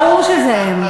ברור שזה הם.